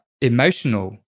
emotional